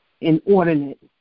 inordinate